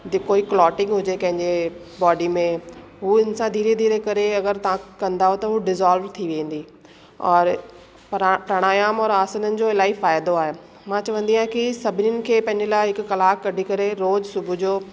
दि कोई क्लोटिंग हुजे कंहिंजे बॉडी में उहे इन्सानु धीरे धीरे करे अगरि तव्हां कंदव त हो डिजॉल्व थी वेंदी और प्रणा प्राणायाम और आसननि जो इलाही फ़ाइदो आहे मां चवंदी आहे की सभिनीनि खे पंहिंजे लाइ हिकु कलाकु कढी करे रोज सुबुह जो